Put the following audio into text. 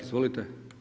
Izvolite.